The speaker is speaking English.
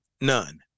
none